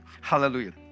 Hallelujah